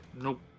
Nope